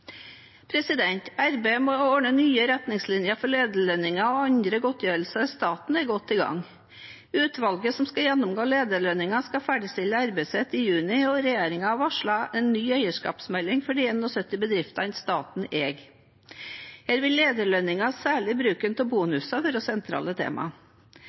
Arbeidet med å lage nye retningslinjer for lederlønninger og andre godtgjørelser i staten er godt i gang. Utvalget som skal gjennomgå lederlønninger, skal ferdigstille arbeidet sitt i juni, og regjeringen har varslet en ny eierskapsmelding for de 71 bedriftene staten eier. Her vil lederlønninger og særlig bruk av